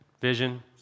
Vision